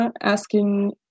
asking